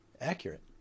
accurate